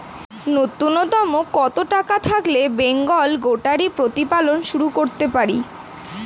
নূন্যতম কত টাকা থাকলে বেঙ্গল গোটারি প্রতিপালন শুরু করতে পারি?